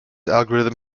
algorithm